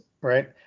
right